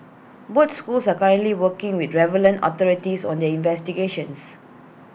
both schools are currently working with relevant authorities on their investigations